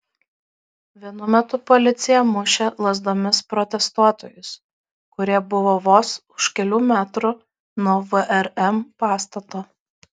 vienu metu policija mušė lazdomis protestuotojus kurie buvo vos už kelių metrų nuo vrm pastato